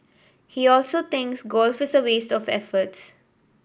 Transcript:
he also thinks golf is a waste of effort